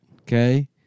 Okay